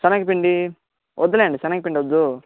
శనగ పిండి వద్దులేండి శనగ పిండి వద్దు